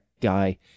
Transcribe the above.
guy